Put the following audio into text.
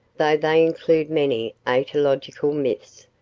though they include many aetiological myths,